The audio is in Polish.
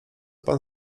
pan